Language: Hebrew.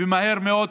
ומהר מאוד,